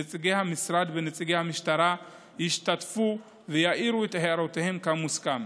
נציגי המשרד ונציגי המשטרה ישתתפו ויעירו את הערותיהם כמוסכם.